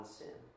sin